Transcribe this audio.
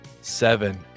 seven